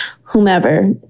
whomever